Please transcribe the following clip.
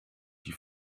die